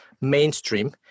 mainstream